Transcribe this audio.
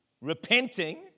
repenting